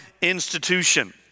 institution